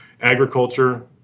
agriculture